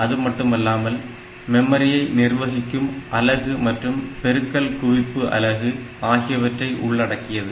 அதுமட்டுமல்லாமல் மெமரியை நிர்வகிக்கும் அலகு மற்றும் பெருக்கல் குவிப்பு அலகு ஆகியவற்றையும் உள்ளடக்கியது